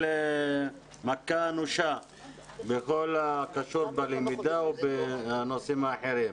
מכה אנושה בכל הקשור בלמידה או בנושאים האחרים.